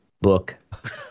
book